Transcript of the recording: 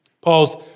Paul's